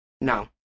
No